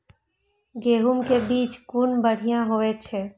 गैहू कै बीज कुन बढ़िया होय छै?